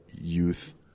youth